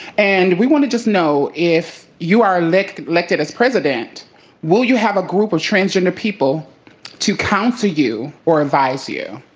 and we want to just know if you are elect elected as president will you have a group of transgender people to counsel you or advise you.